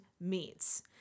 meats